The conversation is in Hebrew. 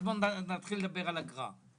אז בואו נתחיל לדבר על אגרה,